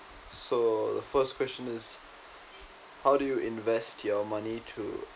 so the first question is how do you invest your money to